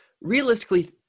realistically –